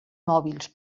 mòbils